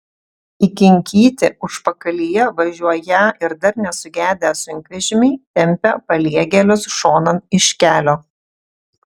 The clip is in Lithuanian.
įkinkyti užpakalyje važiuoją ir dar nesugedę sunkvežimiai tempia paliegėlius šonan iš kelio